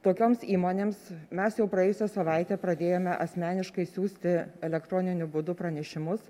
tokioms įmonėms mes jau praėjusią savaitę pradėjome asmeniškai siųsti elektroniniu būdu pranešimus